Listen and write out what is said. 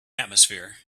atmosphere